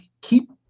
keep